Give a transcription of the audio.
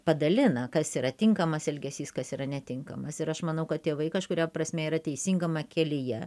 padalina kas yra tinkamas elgesys kas yra netinkamas ir aš manau kad tėvai kažkuria prasme yra teisingame kelyje